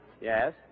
Yes